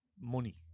money